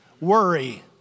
worry